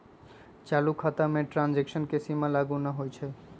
चालू खता में ट्रांजैक्शन के सीमा लागू न होइ छै